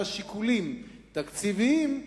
משיקולים תקציביים,